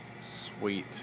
Sweet